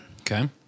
Okay